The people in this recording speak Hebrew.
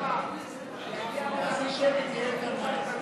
יהיה יותר מהר.